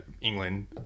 England